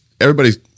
everybody's